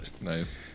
Nice